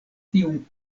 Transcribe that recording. tiun